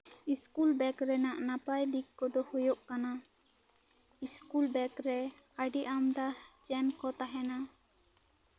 school bag ᱨᱮᱱᱟᱜ ᱱᱟᱯᱟᱭ ᱫᱤᱠ ᱠᱚᱫᱚ ᱦᱳᱭᱳᱜ ᱠᱟᱱᱟ ᱤᱥᱠᱩᱞ ᱵᱮᱜᱽᱨᱮ ᱟᱹᱰᱤ ᱟᱢᱫᱟ ᱪᱮᱱ ᱠᱚ ᱛᱟᱦᱮᱱᱟ